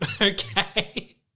Okay